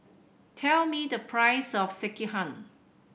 tell me the price of Sekihan